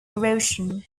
erosion